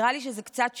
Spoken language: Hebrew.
נראה לי שזה קצת שונה,